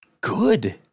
good